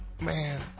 Man